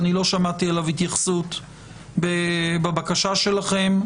שלא שמעתי אליו התייחסות בבקשה שלכם,